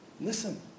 listen